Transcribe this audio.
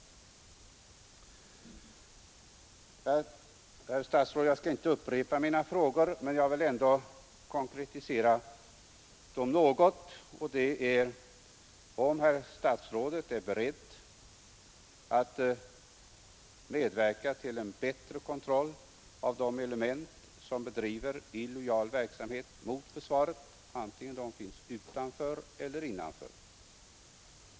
Nr 125 Herr: Le Jag skall inte Upplepg mina frågor men jag vil Tisdagen den konkretisera dem ägt: Jag undrar för det första om herr statsrådet är 28 november 1972 beredd att medverka till en bättre kontroll av de element som bedriver ——— Ang. sabotageverksamheten inom försvaret illojal verksamhet mot försvaret både utanför och innanför detta?